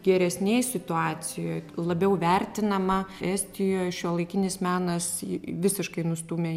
geresnėj situacijoje labiau vertinama estijoj šiuolaikinis menas visiškai nustūmė